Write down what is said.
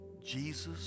jesus